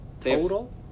Total